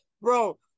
Bro